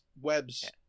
webs